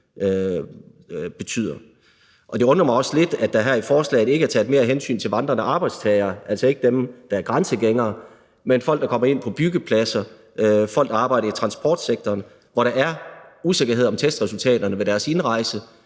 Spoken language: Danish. man har. Det undrer mig også lidt, at der her i forslaget ikke er taget mere hensyn til vandrende arbejdstagere, altså ikke dem, der er grænsegængere, men folk, der kommer ind på byggepladser, og folk, der arbejder i transportsektoren, hvor der er usikkerhed om testresultaterne ved deres indrejse,